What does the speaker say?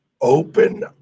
Open